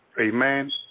Amen